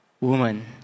Woman